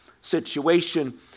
situation